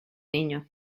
niño